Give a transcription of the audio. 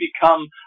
become